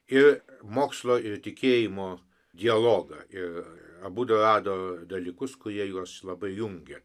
ir mokslo ir tikėjimo dialogą ir abudu rado dalykus kurie juos labai jungia